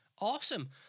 Awesome